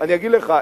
אני אגיד לך,